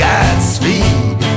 Godspeed